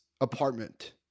apartment